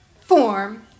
form